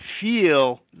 feel